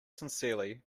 sincerely